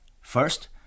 First